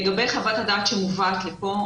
לגבי חוות הדעת שמובאת לכאן.